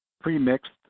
pre-mixed